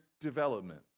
development